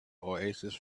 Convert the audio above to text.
oasis